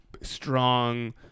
strong